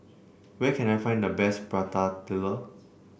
where can I find the best Prata Telur